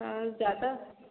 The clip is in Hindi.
हाँ ज़्यादा